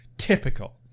Typical